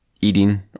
eating